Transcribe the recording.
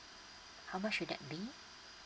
how much would that be